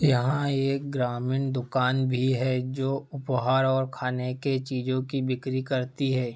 यहाँ एक ग्रामीण दुकान भी है जो उपहार और खाने की चीज़ों की बिक्री करती है